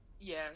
Yes